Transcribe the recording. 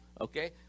Okay